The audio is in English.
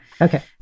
okay